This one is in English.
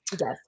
Yes